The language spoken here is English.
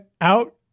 out